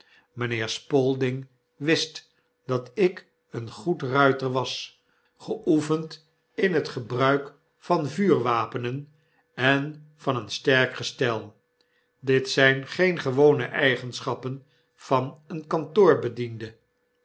mynheer spalding wist dat ik een goed ruiter was geoefend in het gebruik van vuurwapenen en van een sterk gestel dit zyn geen gewone eigenschappen van een